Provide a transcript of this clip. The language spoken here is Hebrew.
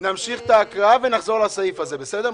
נמשיך את ההקראה ונחזור לסעיף הזה, בסדר?